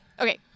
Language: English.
Okay